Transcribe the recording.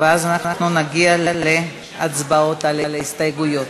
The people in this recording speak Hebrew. ואז אנחנו נגיע להצבעות על ההסתייגויות.